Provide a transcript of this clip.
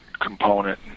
component